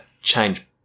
change